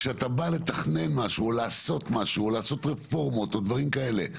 כשאתה בא לתכנן משהו או לעשות משהו או לעשות רפורמות או דברים כאלה,